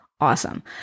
Awesome